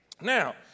Now